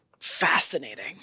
fascinating